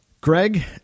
Greg